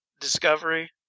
Discovery